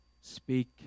speak